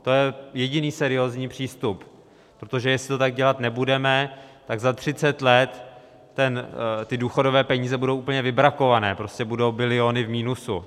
To je jediný seriózní přístup, protože jestli to tak dělat nebudeme, tak za 30 let ty důchodové peníze budou úplně vybrakované, prostě budou biliony v minusu.